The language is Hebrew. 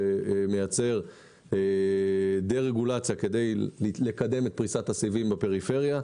שמייצר דה-רגולציה כדי לקדם את פריסת הסיבים הפריפריה,